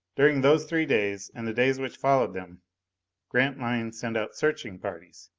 during those three days and the days which followed them grantline sent out searching parties.